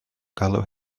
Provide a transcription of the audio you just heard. galw